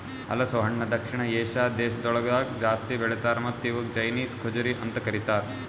ಹಲಸು ಹಣ್ಣ ದಕ್ಷಿಣ ಏಷ್ಯಾದ್ ದೇಶಗೊಳ್ದಾಗ್ ಜಾಸ್ತಿ ಬೆಳಿತಾರ್ ಮತ್ತ ಇವುಕ್ ಚೈನೀಸ್ ಖಜುರಿ ಅಂತ್ ಕರಿತಾರ್